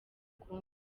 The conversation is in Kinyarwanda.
kundi